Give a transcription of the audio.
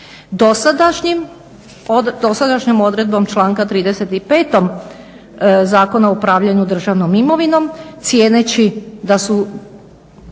Dosadašnjom odredbom članka 35. Zakona o upravljanju državnom imovinom, cijeneći da su